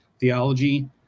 Theology